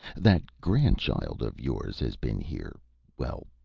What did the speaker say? that grandchild of yours has been here well,